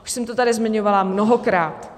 Už jsem to tady zmiňovala mnohokrát.